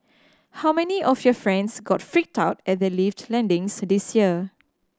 how many of your friends got freaked out at their lift landings this year